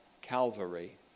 Calvary